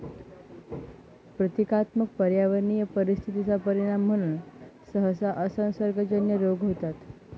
प्रतीकात्मक पर्यावरणीय परिस्थिती चा परिणाम म्हणून सहसा असंसर्गजन्य रोग होतात